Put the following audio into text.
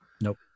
Nope